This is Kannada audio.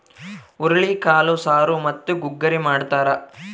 ಹುರುಳಿಕಾಳು ಸಾರು ಮತ್ತು ಗುಗ್ಗರಿ ಮಾಡ್ತಾರ